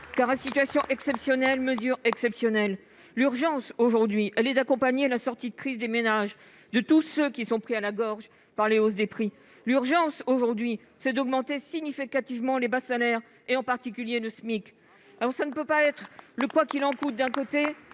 À situation exceptionnelle, mesure exceptionnelle ! L'urgence aujourd'hui est d'accompagner la sortie de crise des ménages, de tous ceux qui sont pris à la gorge par les hausses de prix. L'urgence, c'est aussi d'augmenter significativement les bas salaires, en particulier le SMIC. On ne peut avoir, d'un côté, le « quoi qu'il en coûte », et,